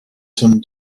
some